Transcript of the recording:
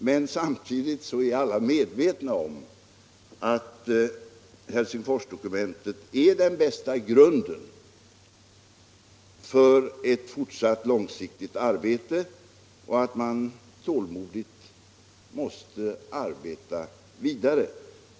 Men samtidigt är alla medvetna om att Helsingforsdokumentet är den bästa grunden för ett fortsatt lång siktigt arbete och om att man tålmodigt måste arbeta vidare.